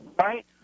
Right